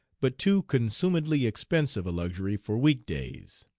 but too consumedly expensive a luxury for week days